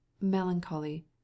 melancholy